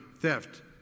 theft